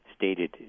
stated